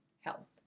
health